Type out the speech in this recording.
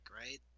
right